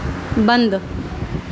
بند